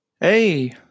hey